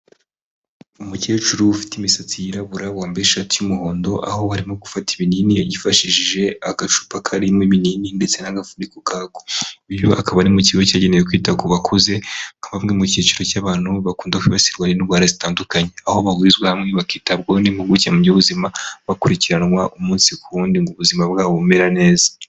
Umukecuru ufite imisatsi yirabura, wambaye ishati y'umuhondo, aho arimo gufata ibinini yifashishije agacupa karimo ibinini ndetse n'agafuniko kako. Uyu akaba ari mu kigo cyagenewe kwita ku bakuze, nka bamwe mu cyiciro cy'abantu bakunda kwibasirwa n'indwara zitandukanye, aho bahurizwa hamwe bakitabwaho n'impuguke mu by'ubuzima, bakurikiranwa umunsi ku wundi ngo ubuzima bwabo bumere neza.